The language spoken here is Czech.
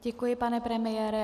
Děkuji, pane premiére.